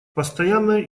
постоянная